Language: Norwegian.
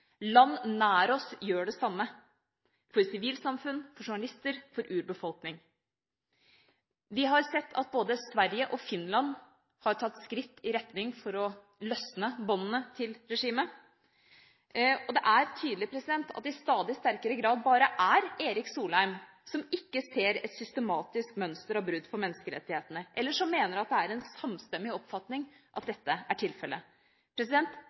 Land nær oss gjør det samme for sivilsamfunn, for journalister, for urbefolkning. Vi har sett at både Sverige og Finland har tatt skritt i retning av å løsne båndene til regimet, og det er tydelig at det i stadig sterkere grad bare er Erik Solheim som ikke ser et systematisk mønster av brudd på menneskerettighetene, eller som mener at det er en samstemmig oppfatning at dette er tilfellet.